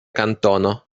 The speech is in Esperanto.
kantono